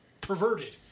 Perverted